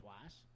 twice